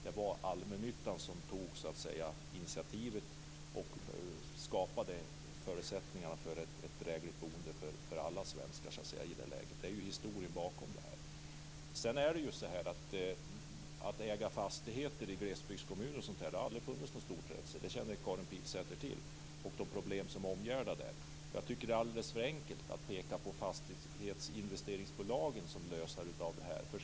Det var allmännyttan som tog initiativet och skapade förutsättningar för ett drägligt boende för alla svenskar i det läget. Det är historien bakom detta. Det har aldrig funnits något stort intresse för att äga fastigheter i glesbygdskommuner. Det känner Karin Pilsäter till, och hon känner till de problem som omgärdar det. Jag tycker att det är alldeles för enkelt att peka på fastighetsinvesteringsbolagen som lösare av detta problem.